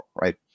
right